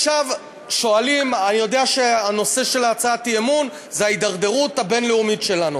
אני יודע שהנושא של הצעת האי-אמון זה ההידרדרות הבין-לאומית שלנו.